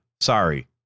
sorry